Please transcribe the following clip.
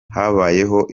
habayeho